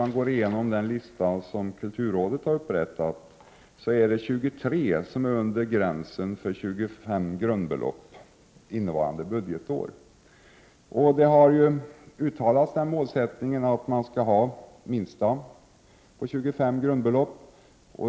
Enligt den lista som kulturrådet har upprättat är 23 av de 26 museer som får bidrag under gränsen 25 grundbelopp innevarande budgetår. Målsättningen är minst 25 grundbelopp.